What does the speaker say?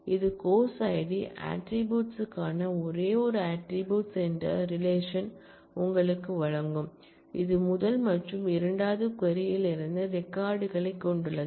எனவே இது course id attributes க்கான ஒரே ஒரு ஆட்ரிபூட்ஸ் என்ற ரிலேஷன் உங்களுக்கு வழங்கும் இது முதல் மற்றும் இரண்டாவது க்வரி இருந்து ரெக்கார்ட் களைக் கொண்டுள்ளது